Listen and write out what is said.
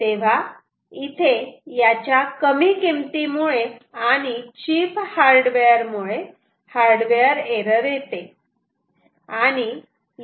तेव्हा इथे याच्या कमी किमतीमुळे आणि चिप हार्डवेअर मुळे हार्डवेअर एरर येते